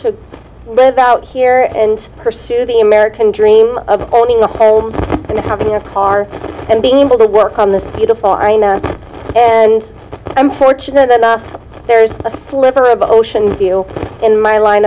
to live out here and pursue the american dream of owning a home and having a car and being able to work on this beautiful i know and i'm fortunate enough there's a sliver of the ocean in my line